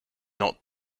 not